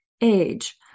age